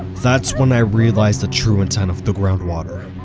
that's when i realized the true intent of the groundwater,